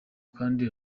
kandi